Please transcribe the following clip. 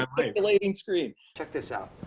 um articulating screen. check this out,